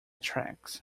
tracks